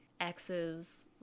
exes